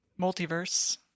multiverse